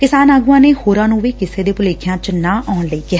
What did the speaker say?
ਕਿਸਾਨ ਆਗੁਆਂ ਨੇ ਹੋਰਾਂ ਨੰ ਵੀ ਕਿਸੇ ਦੇ ਭੁਲੇਖਿਆ ਚ ਨਾ ਆਉਣ ਲਈ ਕਿਹਾ